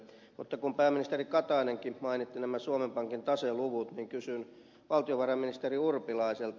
mutta kun pääministeri katainenkin mainitsi nämä suomen pankin taseluvut niin kysyn valtiovarainministeri urpilaiselta